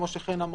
כמו שחן אמרה,